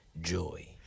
joy